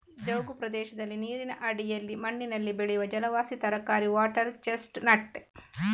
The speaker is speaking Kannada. ಜವುಗು ಪ್ರದೇಶದಲ್ಲಿ ನೀರಿನ ಅಡಿಯಲ್ಲಿ ಮಣ್ಣಿನಲ್ಲಿ ಬೆಳೆಯುವ ಜಲವಾಸಿ ತರಕಾರಿ ವಾಟರ್ ಚೆಸ್ಟ್ ನಟ್